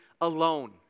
alone